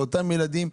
לאותם ילדים,